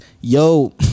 Yo